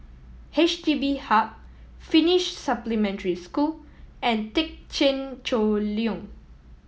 H D B Hub Finnish Supplementary School and Thekchen Choling